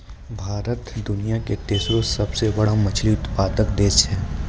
भारत दुनिया के तेसरो सभ से बड़का मछली उत्पादक देश छै